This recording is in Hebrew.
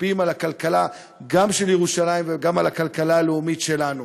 משפיעים על הכלכלה גם של ירושלים וגם על הכלכלה הלאומית שלנו.